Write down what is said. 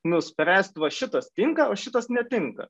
nuspręsti va šitas tinka o šitas netinka